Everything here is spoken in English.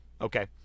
Okay